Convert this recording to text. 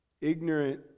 ignorant